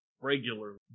Regular